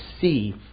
see